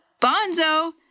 Bonzo